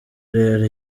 rero